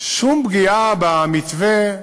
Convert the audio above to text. שום פגיעה במתווה,